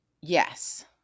Yes